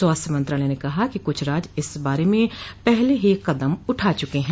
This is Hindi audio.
स्वास्थ्य मंत्रालय ने कहा कि कुछ राज्य इस बारे में पहले ही कदम उठा च्रके हैं